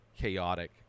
chaotic